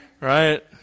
right